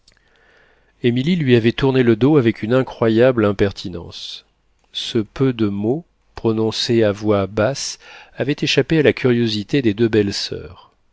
émilie lui avait tourné le dos avec une incroyable impertinence ce peu de mots prononcés à voix basse avaient échappé à la curiosité des deux belles soeurs